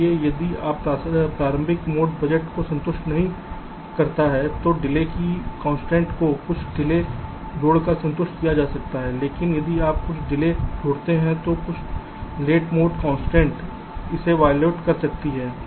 इसलिए यदि यह प्रारंभिक मोड बजट को संतुष्ट नहीं करता है तो डिले की कन्सट्रैन्ट को कुछ डिले जोड़कर संतुष्ट किया जा सकता है लेकिन यदि आप कुछ डिले जोड़ते हैं तो कुछ लेट मोड कन्सट्रैन्ट इसे वायलेट कर सकती हैं